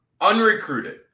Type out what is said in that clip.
unrecruited